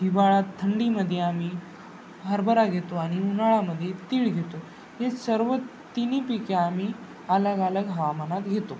हिवाळ्यात थंडीमध्ये आम्ही हरभरा घेतो आणि उन्हाळ्यामध्ये तीळ घेतो हे सर्व तिन्ही पिके आम्ही अलग अलग हवामानात घेतो